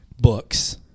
books